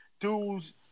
Dudes